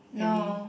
any